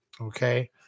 okay